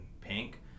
pink